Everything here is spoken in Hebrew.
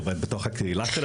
עובד בתוך הקהילה.